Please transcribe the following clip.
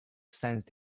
sensed